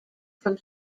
from